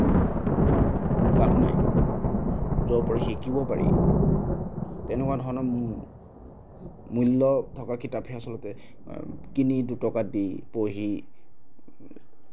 লাভ নাই য'ৰ পৰা শিকিব পাৰি তেনেকুৱা ধৰণৰ মূল্য থকা কিতাপহে আচলতে কিনি দুটকা দি পঢ়ি